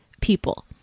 people